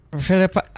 Philip